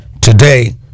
today